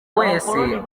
wese